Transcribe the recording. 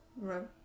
right